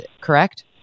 correct